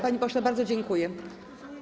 Panie pośle, bardzo dziękuję.